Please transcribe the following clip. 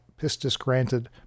pistis-granted